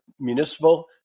municipal